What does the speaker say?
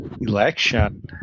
election